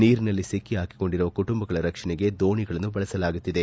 ನೀರಿನಲ್ಲಿ ಸಿಕ್ಕಿ ಹಾಕಿಕೊಂಡಿರುವ ಕುಟುಂಬಗಳ ರಕ್ಷಣೆಗೆ ದೋಣಿಗಳನ್ನು ಬಳಸಲಾಗುತ್ತಿದೆ